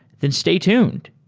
then stay tuned.